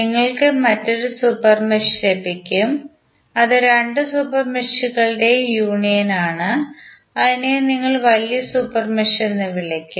നിങ്ങൾക്ക് മറ്റൊരു super mesh ലഭിക്കും അത് രണ്ട് സൂപ്പർ മെഷുകളുടെയും യൂണിയനാണ് അതിനെ നിങ്ങൾ വലിയ സൂപ്പർ മെഷ് എന്ന് വിളിക്കും